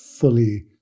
fully